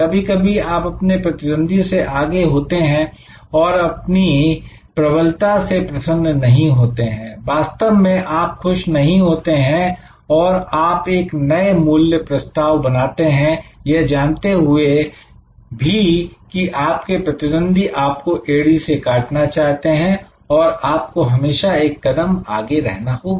कभी कभी आप अपने प्रतिद्वंदी से आगे होते हैं और अपनी प्रबलता से प्रसन्न नहीं होते हैं वास्तव में आप खुश नहीं होते हैं और आप एक नए मूल्य प्रस्ताव बनाते हैं यह जानते हुए भी कि आपके प्रतिद्वंदी आपको एड़ी से काटना चाहते हैं तो आपको हमेशा एक कदम आगे रहना होगा